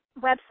website